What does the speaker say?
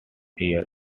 years